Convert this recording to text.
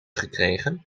gekregen